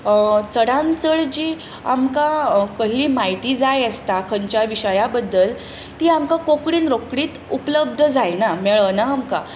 चडांत चड जी आमकां कसलीय म्हायती जाय आसता खंयच्याय विशया बद्दल ती आमकां कोंकणींत रोखडीच उपलब्ध जायना मेळना आमकां